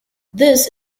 this